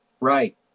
Right